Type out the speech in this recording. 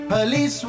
Police